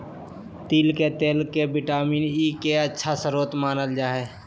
तिल के तेल के विटामिन ई के अच्छा स्रोत मानल जा हइ